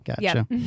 Gotcha